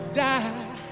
die